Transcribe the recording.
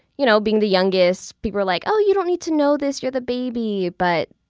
you know, being the youngest, people are like, oh, you don't need to know this, you're the baby. but,